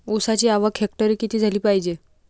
ऊसाची आवक हेक्टरी किती झाली पायजे?